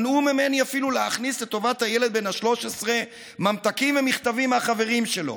מנעו ממני אפילו להכניס לטובת הילד בן ה-13 ממתקים ומכתבים מחברים שלו.